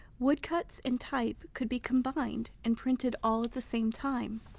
woodcuts and type could be combined and printed all at the same time.